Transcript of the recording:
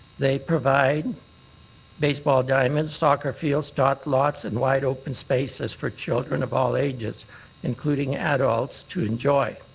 they provide baseball diamonds, soccer fields, tot lots and wide open spaces for children of all ages including adults to enjoy.